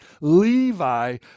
Levi